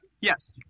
Yes